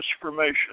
transformation